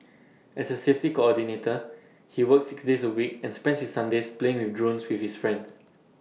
as A safety coordinator he works six days A week and spends Sundays playing with drones with his friends